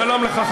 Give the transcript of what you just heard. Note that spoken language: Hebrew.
שלום לך,